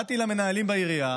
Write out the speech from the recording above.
באתי למנהלים בעירייה,